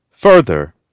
further